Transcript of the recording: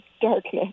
darkness